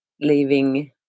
leaving